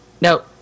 No